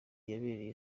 yabereye